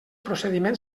procediment